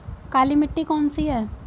काली मिट्टी कौन सी है?